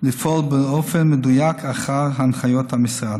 לפעול באופן מדויק לפי הנחיות המשרד.